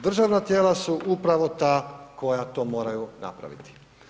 Državna tijela su upravo ta koja to moraju napraviti.